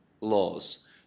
laws